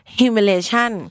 humiliation